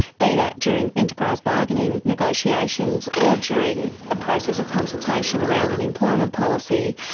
be that during enterprise bargaining negotiations or during a process of consultation around an employment policy.